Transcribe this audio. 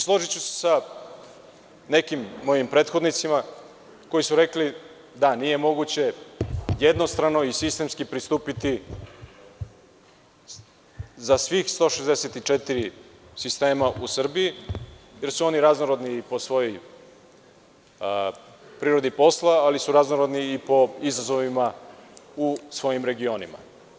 Složiću se sa nekim mojim prethodnicima koji su rekli da nije moguće jednostrano i sistemski pristupiti za svih 164 sistema u Srbiji, jer su oni raznorodni po svojoj prirodi posla, ali su raznorodni i po izazovima u svojim regionima.